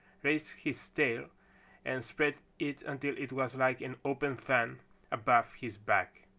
raised his tail and spread it until it was like an open fan above his back.